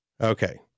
Okay